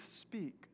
speak